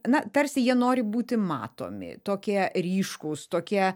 na tarsi jie nori būti matomi tokie ryškūs tokie